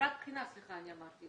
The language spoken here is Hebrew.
אגרת בחינה, סליחה.